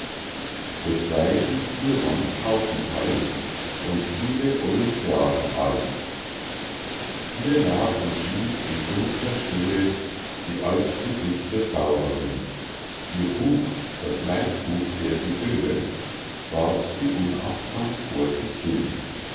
des weisen chirons aufenthalt und viel olympiaden alt hier lag und schlief in dunkler stille die allzu sichre zauberin ihr buch das leibbuch der sibylle warf sie unachtsam vor sich hin